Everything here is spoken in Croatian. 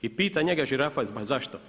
I pita njega žirafa pa zašto?